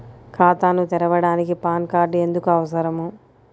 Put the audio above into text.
ఖాతాను తెరవడానికి PAN card ఎందుకు అవసరము?